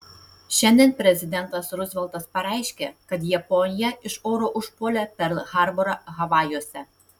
šiandien prezidentas ruzveltas pareiškė kad japonija iš oro užpuolė perl harborą havajuose